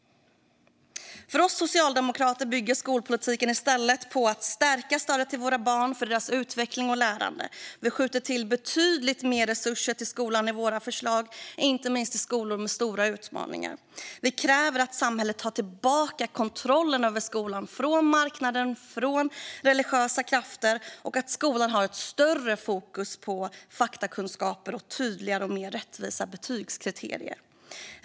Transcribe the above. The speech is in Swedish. För oss socialdemokrater bygger skolpolitiken i stället på att stärka stödet till våra barn, för deras utveckling och lärande. Vi skjuter till betydligt mer resurser till skolan i våra förslag, inte minst till skolor med stora utmaningar. Vi kräver att samhället tar tillbaka kontrollen över skolan från marknaden och från religiösa krafter och att skolan ska ha ett större fokus på faktakunskaper och tydligare och mer rättvisa betygskriterier.